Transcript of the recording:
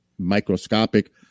microscopic